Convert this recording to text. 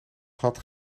gat